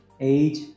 age